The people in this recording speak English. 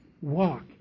walk